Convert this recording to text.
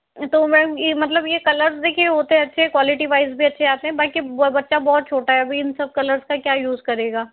तो मैम ये मतलब ये कलर्स देखिए होते अच्छे हैं क्वालिटी वाइज़ भी अच्छे आते हैं बाकी बच्चा बहुत छोटा है अभी इन सब कलर्स का क्या यूज़ करेगा